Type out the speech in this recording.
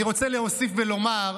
אני רוצה להוסיף ולומר,